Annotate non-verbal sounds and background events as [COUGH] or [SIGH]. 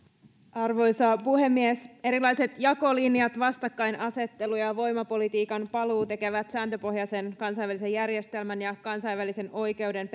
arvoisa puhemies erilaiset jakolinjat vastakkainasettelu ja ja voimapolitiikan paluu tekevät sääntöpohjaisen kansainvälisen järjestelmän ja kansainvälisen oikeuden [UNINTELLIGIBLE]